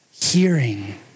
Hearing